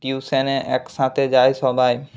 টিউশানে একসাথে যাই সবাই